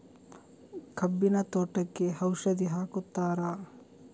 ಕಬ್ಬಿನ ತೋಟಕ್ಕೆ ಔಷಧಿ ಹಾಕುತ್ತಾರಾ?